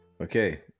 Okay